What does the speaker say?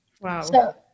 Wow